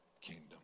kingdom